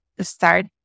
start